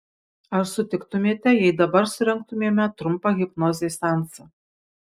ar sutiktumėte jei dabar surengtumėme trumpą hipnozės seansą